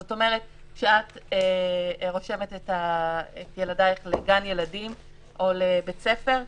זאת אומרת כשאת רושמת את ילדייך לגן ילדים או לבית ספר,